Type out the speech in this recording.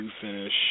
finish